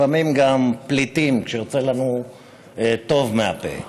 לפעמים גם פליטים, כשיוצא לנו טוב מהפה.